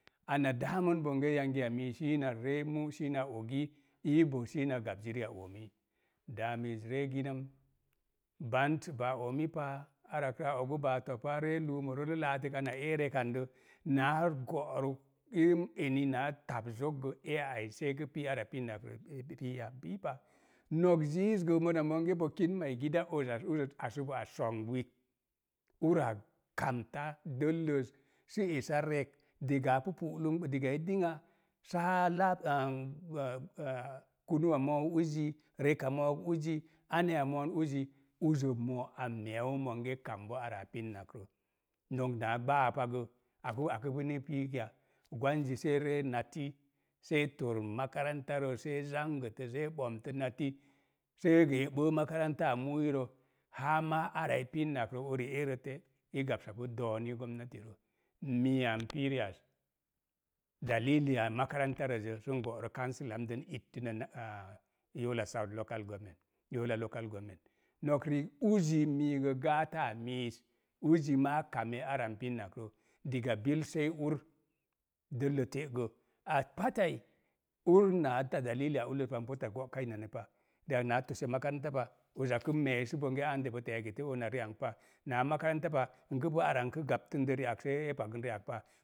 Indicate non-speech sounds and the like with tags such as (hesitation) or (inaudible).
Ana (unintelligible) bonge yangi ya mii súna ree mu, sii na ogoii ɓe siina gab ziri ya oomii. Daa miiz ree ginəm, bant baa oomipá, arakrə a ogu baa topa, ree luumoro ree laatək ana e rek’ andə, naa go'rə irəm eni naa taps zok gə eya ai see kə pii ara e pin nak rə ekə piiya, piipa. Nok ziiz gə mona monge ɓo kin (unintelligible) oza ozə asubo az, songbi, ura kamta dəlləz sə esa rek', diga apu pu'lumgba diga i din-a, saa laar (hesitation) kunuu a moou uzi, reka mook uzi, anya moon uzi, uzə moo a meeu monge kambo araa pinnak rə. Nok naa gbaa payə apu aku pini piik ya, gwanzi see ree nati see tor makaranta rə see zangətə see boomtə nati, see gə e ɓəə maranta a mu'uirə haa maa ara e pinnak rə, uri eero to’ i gabsapu dooni gomnati rə. Miiya npii ri'az (unintelligible) makaranta rəz zə sən go'rə kansilaam dən illənə na (hesitation) yola di, yola local government. Nok ri' uzi miigə (unintelligible) miiz, uzi maa kame ara n pinnak rə. Diga bil sei ur dəllə te’ gə. A pattai ur naa (unintelligible) ulləz pa, n pota go'ka ina eni pa. Ri'ak naa tose makaranta pa, uza kə mee sə monbe (unintelligible) bo teegəte omna ri'anpa, naa makaranta pa, n kə pu ara n kə gabtən də ri'ak see pagənnak pa.